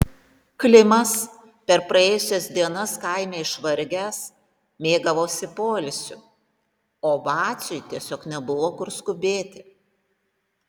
klimas per praėjusias dienas kaime išvargęs mėgavosi poilsiu o vaciui tiesiog nebuvo kur skubėti